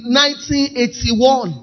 1981